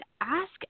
ask